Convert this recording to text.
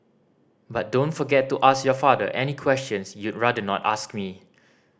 but don't forget to ask your father any questions you'd rather not ask me